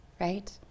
right